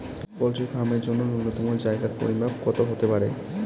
Poultry farm এর জন্য নূন্যতম জায়গার পরিমাপ কত হতে পারে?